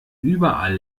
überall